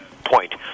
point